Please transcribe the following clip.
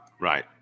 Right